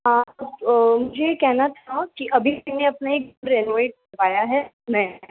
आपको ये कहना था की अभी से मैं अपना एक रेनोए करवाया है नया नया